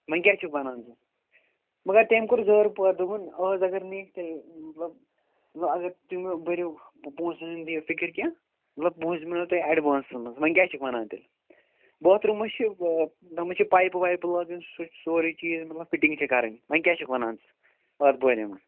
وۅنۍ کیٛاہ چھُکھ وَنان ژٕ مَگر تٔمۍ کوٚر زارٕپار دوٚپُن اَز اَگر نہٕ یِکھ تیٚلہِ مطلب وۅنۍ اَگر تُہۍ مہٕ بٔرِو پۅنٛسَن ہٕنٛز فِکِر کیٚنٛہہ مطلب پۅنٛسہٕ میلنو تۄہہِ ایڈوانسَس منٛز وۅنۍ کیٛاہ چھُکھ وَنان تیٚلہِ باتھ روٗمَس چھِ تتھ منٛز چھِ پایپہٕ وایپہٕ لَگٲوِتھ سُہ چہُ سورُے کیٚنٛہہ مطلب فِٹِنٛگ چھِ کَرٕنۍ وۅنۍ کیٛاہ چھُکھ وَنان ژٕ اَتھ بارے منٛز